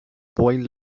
boy